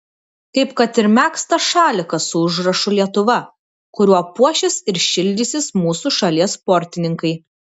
kaip kad ir megztas šalikas su užrašu lietuva kuriuo puošis ir šildysis mūsų šalies sportininkai